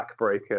backbreaker